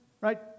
right